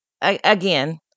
again